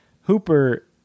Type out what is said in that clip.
Hooper